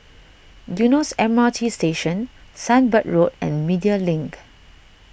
Eunos M R T Station Sunbird Road and Media Link